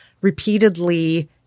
repeatedly